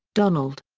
donald.